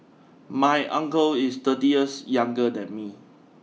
my uncle is thirty years younger than me